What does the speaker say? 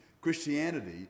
Christianity